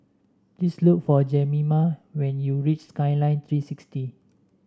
please look for Jemima when you reach Skyline Three sixty